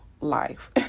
life